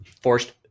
forced